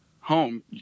home